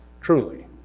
truly